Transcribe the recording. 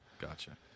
Gotcha